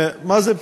מה זה תתפאנן,